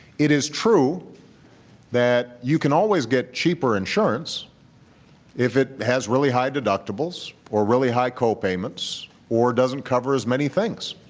it is true that you can always get cheaper insurance if it has really high deductibles or really high co-payments or doesn't cover as many things.